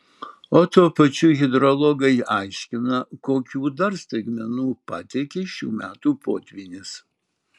o tuo pačiu hidrologai aiškina kokių dar staigmenų pateikė šių metų potvynis